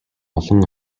олон